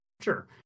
Sure